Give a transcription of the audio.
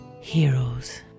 Heroes